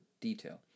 detail